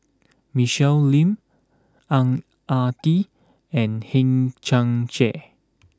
Michelle Lim Ang Ah Tee and Hang Chang Chieh